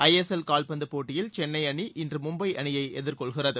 ஐ S L கால்பந்துபோட்டியில் சென்னைஅணி இன்று மும்பை அணியைஎதிர்கொள்கிறது